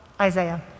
Isaiah